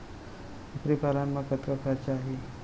कुकरी पालन म कतका खरचा आही?